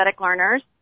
learners